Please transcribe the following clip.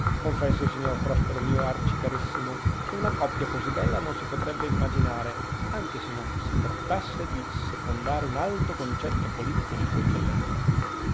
morto confessi signor prospero mio arcicarissimo che una coppia così bella non si potrebbe immaginare anche se non si trattasse di secondare un alto concetto politico di sua eccellenza